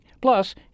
Plus